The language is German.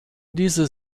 diese